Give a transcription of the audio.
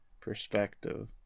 perspective